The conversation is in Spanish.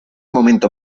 momento